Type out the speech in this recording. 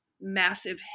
massive